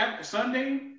Sunday